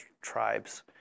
tribes